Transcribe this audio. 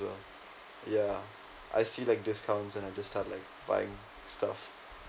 as well yeah I see like discounts and I just start like buying stuff